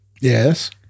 Yes